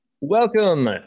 Welcome